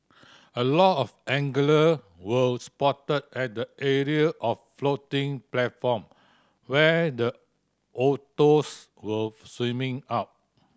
a lot of angler were spotted at the area of the floating platform where the otters were swimming up